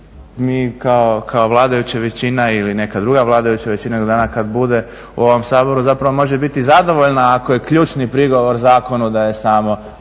mi kao vladajuća većina ili neka druga vladajuća većina jednog dana kad bude u ovom Saboru, zapravo može biti zadovoljna ako je ključni prigovor zakonu da je samo